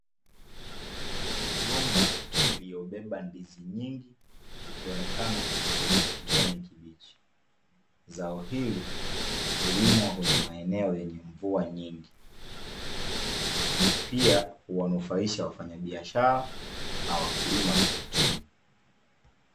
Migomba iliyobeba ndizi nyingi, zikionekana zenye ukijani kibichi. Zao hili, hulimwa kwenye maeneo yenye mvua nyingi. Pia huwanufaisha wafanyabiashara, na wakulima kiuchumi.